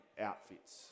outfits